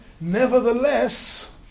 Nevertheless